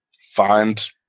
find